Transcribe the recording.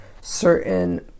certain